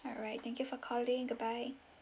alright thank you for calling goodbye